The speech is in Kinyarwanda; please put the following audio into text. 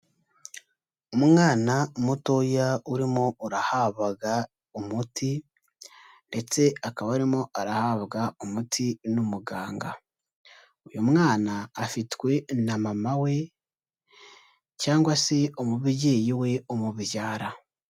Umwana mutoya urimo urahabwaga umuti ndetse akaba arimo arahabwa umuti n'umuganga, uyu mwana afitwe na mama we cyangwa se umubyeyi we umubyara.